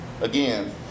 Again